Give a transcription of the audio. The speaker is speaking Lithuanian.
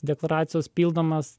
deklaracijos pildomas